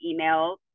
emails